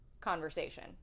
conversation